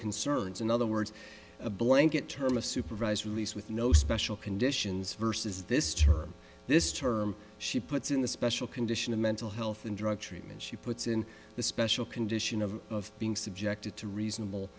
concerns in other words a blanket term of supervised release with no special conditions verses this term this term she puts in the special condition of mental health and drug treatment she puts in the special condition of being subjected to reasonable